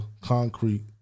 concrete